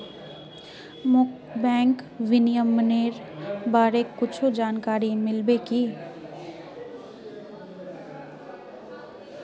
मोक बैंक विनियमनेर बारे कुछु जानकारी मिल्बे की